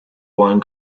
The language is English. one